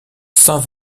saint